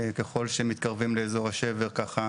ככל שמתקרבים לאזור השבר ככה